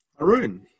Arun